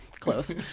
close